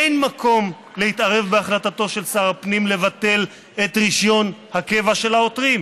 אין מקום להתערב בהחלטתו של שר הפנים לבטל את רישיון הקבע של העותרים.